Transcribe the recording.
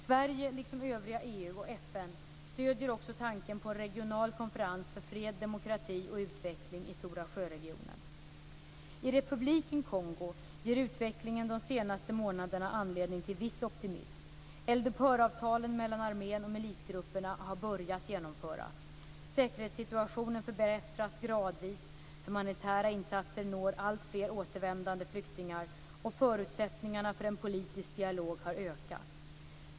Sverige, liksom övriga EU och FN, stöder också tanken på en regional konferens för fred, demokrati och utveckling i Stora sjöregionen. I Republiken Kongo, f.d. Kongo-Brazzaville, ger utvecklingen de senaste månaderna anledning till viss optimism. Eldupphöravtalen mellan armén och milisgrupperna har börjat genomföras. Säkerhetssituationen förbättras gradvis, humanitära insatser når alltfler återvändande flyktingar och förutsättningarna för en politisk dialog har ökat.